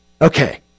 Okay